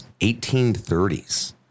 1830s